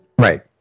Right